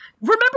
remember